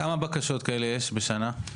כמה בקשות כאלה יש בשנה?